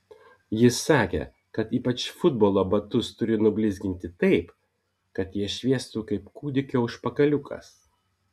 jis sakė kad ypač futbolo batus turiu nublizginti taip kad jie šviestų kaip kūdikio užpakaliukas